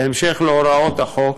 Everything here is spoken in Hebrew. בהמשך להוראות החוק,